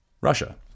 Russia